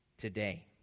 today